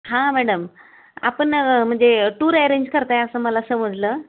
हा मॅडम आपण म्हणजे टूर अरेंज करताय असं मला समजलं